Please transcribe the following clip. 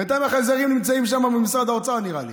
בינתיים החייזרים נמצאים במשרד האוצר, נראה לי.